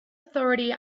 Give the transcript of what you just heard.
authority